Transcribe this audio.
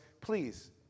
please